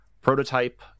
Prototype